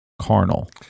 carnal